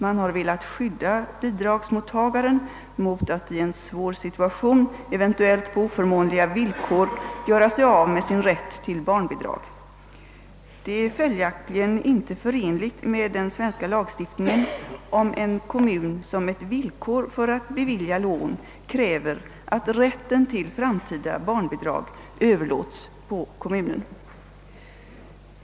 Man har velat skydda bidragsmottagaren mot att i en svår situation — eventuellt på oförmånliga villkor — göra sig av med sin rätt till barnbidrag. Det är följaktligen inte förenligt med den svenska lagstiftningen om en kommun som ett villkor för att bevilja lån kräver att rätten till framtida barnbidrag överlåts på kommunen.